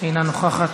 אינה נוכחת,